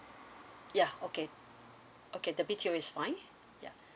ya okay okay the B_T_O is fine ya